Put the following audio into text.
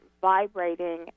vibrating